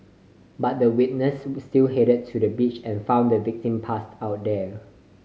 but the witness still headed to the beach and found the victim passed out there